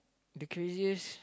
the craziest